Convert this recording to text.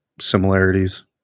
similarities